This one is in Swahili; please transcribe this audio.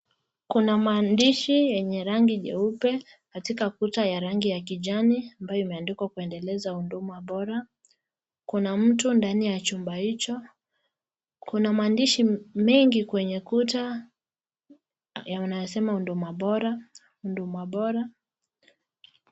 Kuna maandishi yenye rangi nyeupe katika ukuta ya rangi ya kijani ambayo imeandikwa kuendeleza huduma bora. Kuna mtu ndani ya chumba hicho , kuna maandishi mengi kwenye kuta wanasema huduma bora.